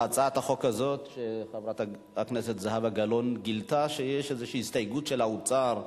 בהצעת החוק הזאת חברת הכנסת גלאון גילתה שיש איזושהי הסתייגות של האוצר,